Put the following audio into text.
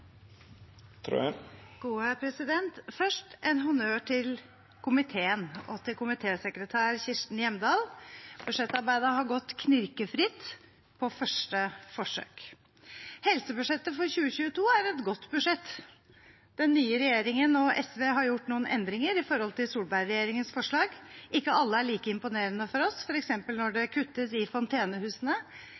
Først en honnør til komiteen og til komitésekretær Kirsten Gjemdal. Budsjettarbeidet har gått knirkefritt på første forsøk. Helsebudsjettet for 2022 er et godt budsjett. Den nye regjeringen og SV har gjort noen endringer i forhold til Solberg-regjeringens forslag. Ikke alle er like imponerende for oss, f.eks. når det kuttes til fontenehusene,